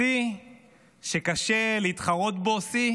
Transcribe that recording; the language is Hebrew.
שיא שקשה להתחרות בו: שיא